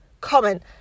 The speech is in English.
comment